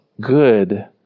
good